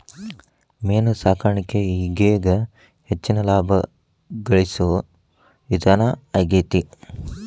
main ಸಾಕಾಣಿಕೆ ಈಗೇಗ ಹೆಚ್ಚಿನ ಲಾಭಾ ಗಳಸು ವಿಧಾನಾ ಆಗೆತಿ